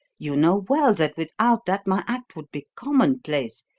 you know well that without that my act would be commonplace,